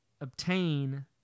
obtain